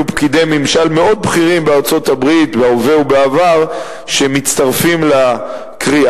פקידי ממשל מאוד בכירים בארצות-הברית בהווה ובעבר שמצטרפים לקריאה,